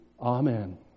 Amen